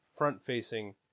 front-facing